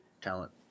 talent